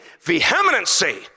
vehemency